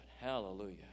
Hallelujah